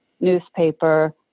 newspaper